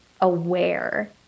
aware